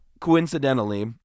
coincidentally